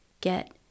get